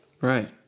Right